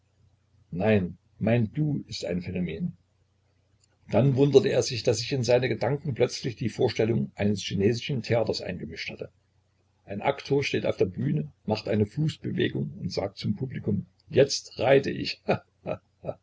nein mein du ist ein phänomen dann wunderte er sich daß sich in seine gedanken plötzlich die vorstellung eines chinesischen theaters eingemischt hatte ein aktor steht auf der bühne macht eine fußbewegung und sagt zum publikum jetzt reite ich